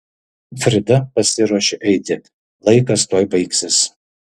frida pasiruošė eiti laikas tuoj baigsis